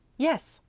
yes,